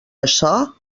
açò